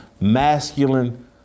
masculine